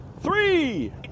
three